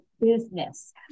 business